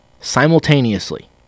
simultaneously